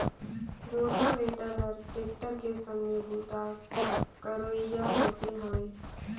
rotavator हर tractor के संघ में बूता करोइया मसीन हवे